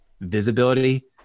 Visibility